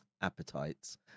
appetites